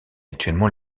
actuellement